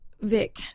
Vic